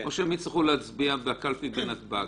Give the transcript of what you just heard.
או שהם יצטרכו להצביע בקלפי בנתב"ג?